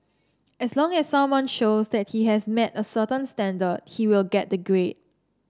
as long as someone shows that he has met a certain standard he will get the grade